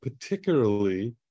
particularly